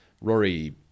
Rory